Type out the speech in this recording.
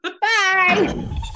Bye